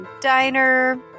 diner